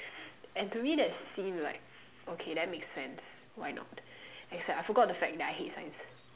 and to me that's seemed like okay that makes sense why not except I forgot the fact that I hate science